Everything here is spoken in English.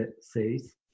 says